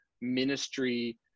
ministry